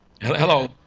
Hello